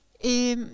Et